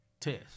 Test